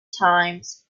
times